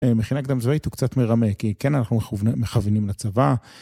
מכינה קדם צבאית הוא קצת מרמה, כי כן אנחנו מכוונים לצבא.